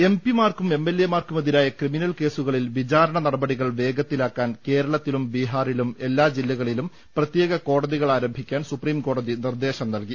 M P മാർക്കും M L എമാർക്കുമെതിരായ criminal കേസുക ളിൽ വിചാരണ നടപടികൾ വേഗത്തിലാക്കാൻ കേരളത്തിലും ബീഹാറിലും എല്ലാ ജില്ലകളിലും പ്രത്യേക കോടതികൾ ആരംഭിക്കാൻ സൂപ്രീം കോടതി നിർദ്ദേശം നൽകി